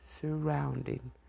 surrounding